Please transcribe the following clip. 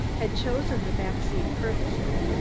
had chosen the back seat purposely,